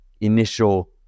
initial